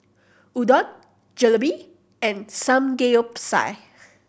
Udon Jalebi and Samgeyopsal